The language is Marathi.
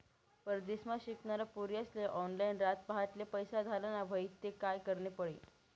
परदेसमा शिकनारा पोर्यास्ले ऑनलाईन रातपहाटले पैसा धाडना व्हतीन ते काय करनं पडी